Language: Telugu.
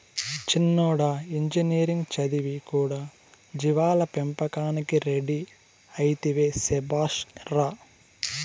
చిన్నోడా ఇంజనీరింగ్ చదివి కూడా జీవాల పెంపకానికి రెడీ అయితివే శభాష్ రా